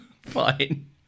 fine